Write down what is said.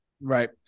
Right